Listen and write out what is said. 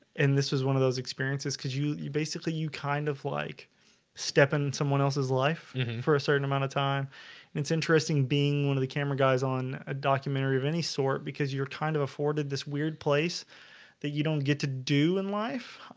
and this was one of those experiences because you you basically you kind of like step in someone else's life for a certain amount of time and it's interesting being one of the camera guys on a documentary of any sort because you're kind of afforded this weird place that you don't get to do in life